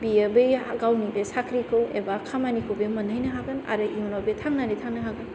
बियो बे गावनि बे साख्रिखौ एबा खामानिखौ बे मोनहैनो हागोन आरो इउनाव बे थांनानै थानो हागोन